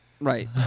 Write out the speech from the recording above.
Right